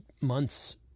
months